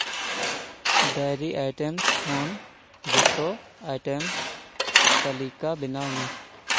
dairy items ᱠᱷᱚᱱ ᱡᱚᱛᱚ item ᱛᱟᱹᱞᱤᱠᱟ ᱵᱮᱱᱟᱣ ᱢᱮ